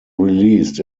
released